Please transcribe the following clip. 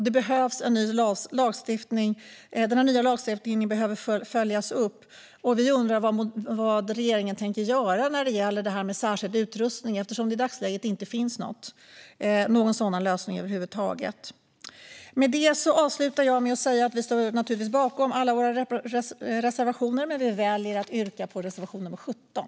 Det behövs en ny lagstiftning, och den behöver följas upp. Vi undrar vad regeringen tänker göra när det gäller den särskilda utrustningen. I dagsläget finns det över huvud taget inga sådana lösningar. Vi står bakom alla våra reservationer, men jag väljer att yrka bifall bara till reservation nummer 17.